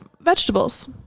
vegetables